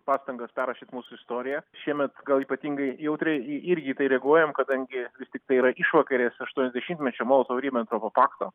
pastangas perrašyt mūsų istoriją šiemet gal ypatingai jautriai i irgi į tai reaguojam kadangi vis tiktai yra išvakarės aštuoniasdešimtmečio molotovo ribentropo pakto